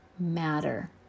matter